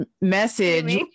message